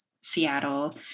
Seattle